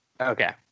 Okay